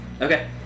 Okay